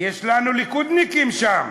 יש לנו ליכודניקים שם.